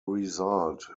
result